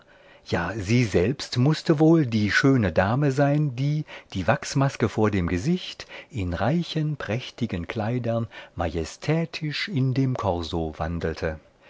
ja sie selbst mußte wohl die schöne dame sein die die wachsmaske vor dem gesicht in reichen prächtigen kleidern majestätisch in dem korso wandelte